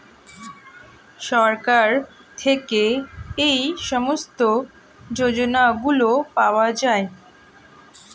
সরকার থেকে এই সমস্ত যোজনাগুলো পাওয়া যায়